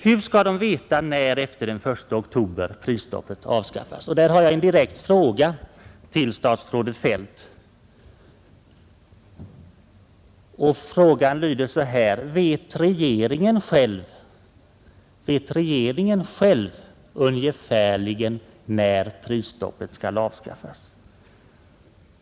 Hur skall företagarna veta när efter den 1 oktober prisstoppet avskaffas? Här har jag en direkt fråga till statsrådet Feldt: Vet regeringen själv ungefärligen när prisstoppet skall avskaffas?